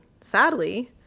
sadly